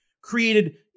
created